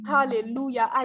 Hallelujah